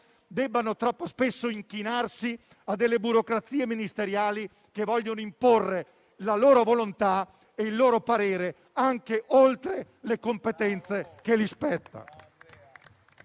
debbano troppo spesso inchinarsi a burocrazie ministeriali che vogliono imporre la loro volontà e il loro parere anche oltre le competenze che spettano